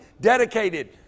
dedicated